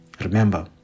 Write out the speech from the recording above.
remember